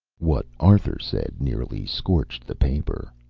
what arthur said nearly scorched the paper.